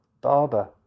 barber